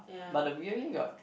but the we only got